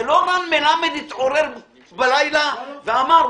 זה לא רן מלמד התעורר בלילה ואמר,